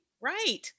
Right